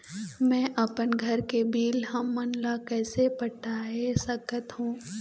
मैं अपन घर के बिल हमन ला कैसे पटाए सकत हो?